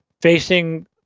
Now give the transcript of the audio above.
facing